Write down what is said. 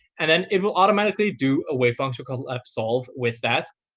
and then it will automatically do a wavefunctioncollapse solve with that,